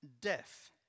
death